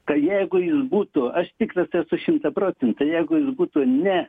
ka jeigu jis būtų aš tikras esu šimta procentų jeigu jis būtų ne